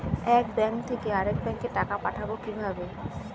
এক ব্যাংক থেকে আরেক ব্যাংকে টাকা পাঠাবো কিভাবে?